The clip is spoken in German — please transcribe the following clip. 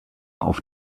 auf